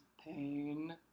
pain